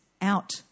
out